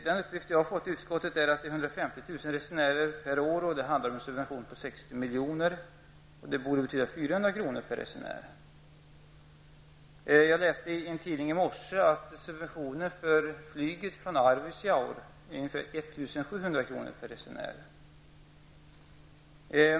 Den uppgift som jag har fått i utskottet är att det är 150 000 resenärer per år och att banan subventioneras med 60 milj.kr. per år. Det bör betyda en subvention på 400 kr. per resenär. I morse läste jag i en tidning att varje flygresenär från Arvidsjaur subventionerades med 1 700 kr.